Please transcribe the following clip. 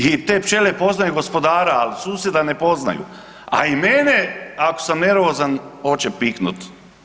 I te pčele poznaju gospodara, ali susjeda ne poznaju, a i mene ako sam nervozan hoće piknuti.